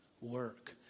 work